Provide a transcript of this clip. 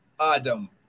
Adam